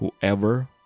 Whoever